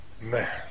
man